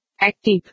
Active